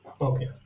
Okay